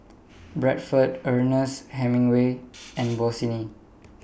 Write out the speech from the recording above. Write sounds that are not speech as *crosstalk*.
Bradford Ernest Hemingway and Bossini *noise*